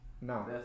No